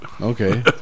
Okay